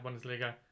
Bundesliga